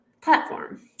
platform